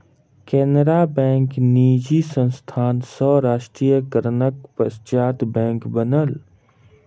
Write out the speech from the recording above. Canara bank निजी संस्थान सॅ राष्ट्रीयकरणक पश्चात बैंक बनल